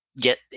get